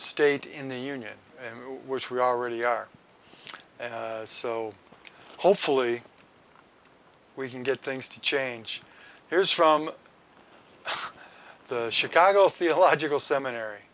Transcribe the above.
state in the union which we already are and so hopefully we can get things to change here's from the chicago theological seminary